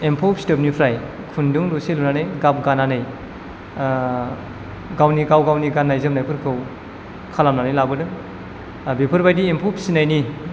एम्फौ फिथोब निफ्राय खुन्दुं लुसे लुनानै गाब गानानै गावनि गाव गाननाय जोमनाय फोरखौ खालामनानै लाबोदों आरो बेफोरबायदि एम्फौ फिसिनायनि